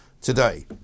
today